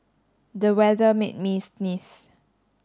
the weather made me sneeze